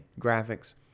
graphics